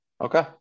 Okay